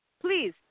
Please